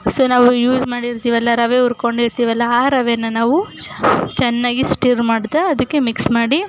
so ನಾವು use ಮಾಡಿರ್ತೀವಲ್ಲ ರವೆ ಹುರ್ಕೊಂಡಿರ್ತೀವಲ್ಲ ಆ ರವೆನ ನಾವು ಚೆನ್ನಾಗಿ ಸ್ಟಿರ್ ಮಾಡ್ತಾ ಅದಕ್ಕೆ ಮಿಕ್ಸ್ ಮಾಡಿ